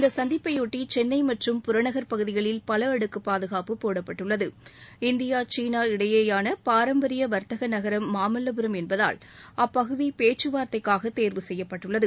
இந்த சந்திப்பையொட்டி சென்னை மற்றும் புறநகர் பகுதிகளில் பல அடுக்கு பாதுகாப்பு போடப்பட்டுள்ளது இந்தியா சீனா இடையேயான பாரம்பரிய வர்த்தக நகரம் மாமல்லபுரம் என்பதால் அப்பகுதி பேச்சுவார்த்தைக்காக தேர்வு செய்யப்பட்டுள்ளது